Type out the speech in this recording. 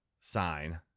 sign